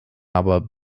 aber